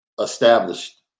established